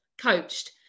coached